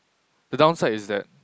the downside is that